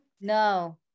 No